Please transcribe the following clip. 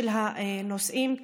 של הנוסעים,